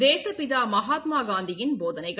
தேசப்பிதா மகாத்மாகாந்தியின் போதனைகள்